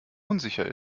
unsicher